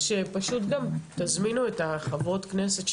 שתזמינו את החברות כנסת,